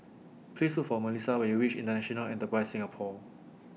Please Look For Melisa when YOU REACH International Enterprise Singapore